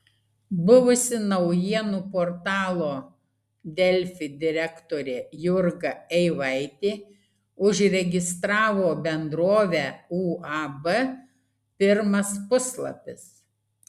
buvusi naujienų portalo delfi direktorė jurga eivaitė užregistravo bendrovę uab pirmas puslapis